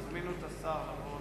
תזמינו את השר לבוא,